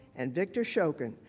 and victor shokin,